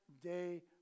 day